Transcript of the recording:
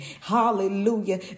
Hallelujah